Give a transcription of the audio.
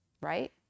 right